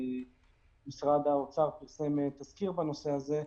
ומשרד האוצר פרסם תזכיר בנושא הזה,